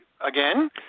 again